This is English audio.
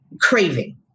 craving